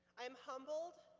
i am humbled,